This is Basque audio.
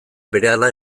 berehala